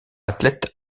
athlètes